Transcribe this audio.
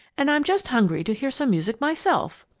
and i'm just hungry to hear some music myself!